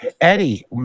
Eddie